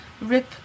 Rip